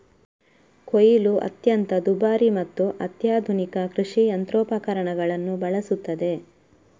ಕೊಯ್ಲು ಅತ್ಯಂತ ದುಬಾರಿ ಮತ್ತು ಅತ್ಯಾಧುನಿಕ ಕೃಷಿ ಯಂತ್ರೋಪಕರಣಗಳನ್ನು ಬಳಸುತ್ತದೆ